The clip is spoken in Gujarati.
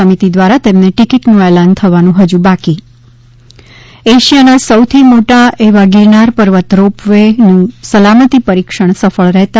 સમિતિ દ્વારા તેમને ટિકિટનું એલાન થવું હજુ બાકી એશિયાના સૌથી મોટા એવા ગિરનાર પર્વત રોપ વેનું સલામતી પરિક્ષણ સફળ રહેતા